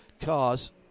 cars